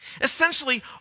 Essentially